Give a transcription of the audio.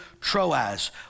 Troas